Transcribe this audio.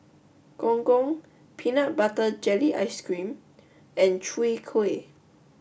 Gong Gong Peanut Butter Jelly Ice Cream and Chwee Kueh